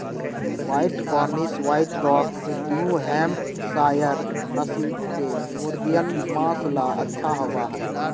white Cornish, white rock, New Hampshire नस्ल के मुर्गियन माँस ला अच्छा होबा हई